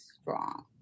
strong